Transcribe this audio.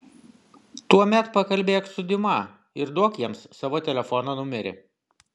tuomet pakalbėk su diuma ir duok jiems savo telefono numerį